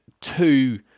two